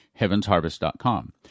HeavensHarvest.com